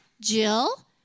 Jill